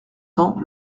cents